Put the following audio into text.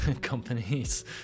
companies